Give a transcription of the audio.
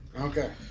Okay